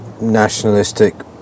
nationalistic